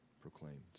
proclaimed